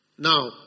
Now